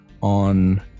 on